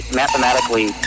mathematically